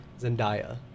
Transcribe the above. Zendaya